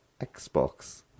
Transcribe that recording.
Xbox